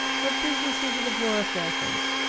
what business is it of laura fairford's?